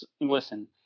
listen